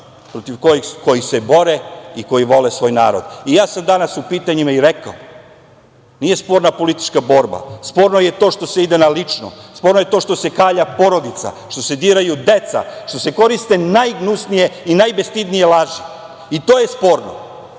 protiv kojih se bore i koji vole svoj narod. Ja sam danas u pitanjima i rekao da nije sporna politička borba, sporno je to što se ide na lično, sporno je to što se kalja porodica, što se diraju deca, što se koriste najgnusnije i najbestidnije laži. To je sporno.